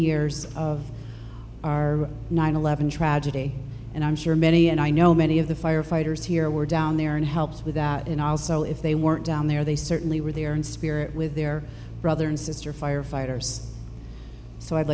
years of our nine eleven tragedy and i'm sure many and i know many of the firefighters here were down there and helped with that and also if they weren't down there they certainly were there in spirit with their brother and sister firefighters so i'd